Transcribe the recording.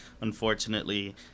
unfortunately